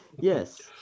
Yes